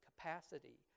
capacity